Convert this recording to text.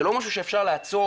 זה לא משהו שאפשר לעצור.